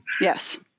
Yes